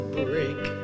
break